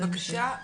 בבקשה.